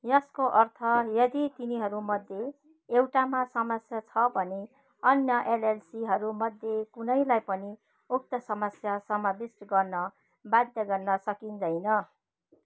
यसको अर्थ यदि तिनीहरूमध्ये एउटामा समस्या छ भने अन्य एलएलसीहरूमध्ये कुनैलाई पनि उक्त समस्या समाविष्ट गर्न बाध्य गर्न सकिँदैन